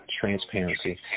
Transparency